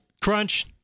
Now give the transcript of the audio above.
Crunch